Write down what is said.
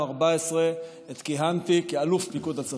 עת כיהנתי כאלוף פיקוד הצפון.